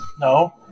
No